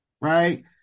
Right